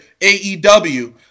AEW